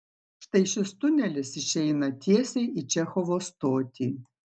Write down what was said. štai šis tunelis išeina tiesiai į čechovo stotį